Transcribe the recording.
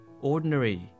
ordinary